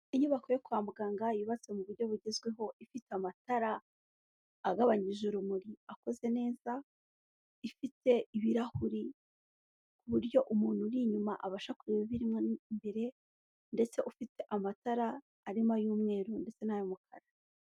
Inyubako yo kwa muganga yubatse mu buryo bugezweho, ifite amatara agabanyije urumuri akoze neza, ifite ibirahuri ku buryo umuntu uri inyuma abasha kureba ibirimo imbere ndetse ufite amatara arimo ay'umweru ndetse na y'umukara.